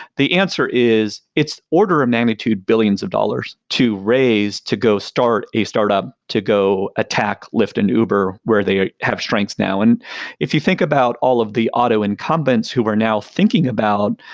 the answer is its order of magnitude billions of dollars to raise, to go start a startup, to go attack lyft and uber where they have strengths now. and if you think about all of the auto incumbents who are now thinking about,